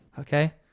Okay